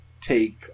take